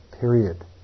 period